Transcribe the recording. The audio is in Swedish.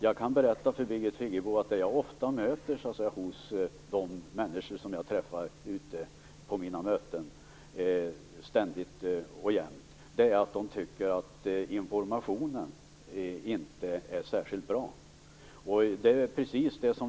Jag kan berätta för Birgit Friggebo att vad jag ständigt och jämt möts av när jag träffar människor ute på mina möten är att de tycker att informationen inte fungerar särskilt bra.